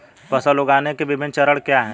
फसल उगाने के विभिन्न चरण क्या हैं?